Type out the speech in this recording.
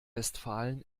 westfalen